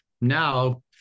Now